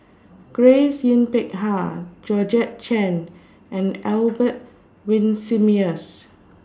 Grace Yin Peck Ha Georgette Chen and Albert Winsemius